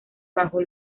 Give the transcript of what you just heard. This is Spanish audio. bajo